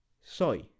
Soy